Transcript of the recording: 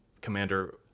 commander